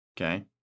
Okay